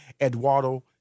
Eduardo